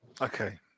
Okay